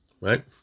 right